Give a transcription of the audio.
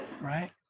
right